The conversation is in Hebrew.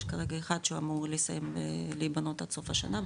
יש כרגע אחד שהוא אמור לסיים להיבנות עד סוף השנה,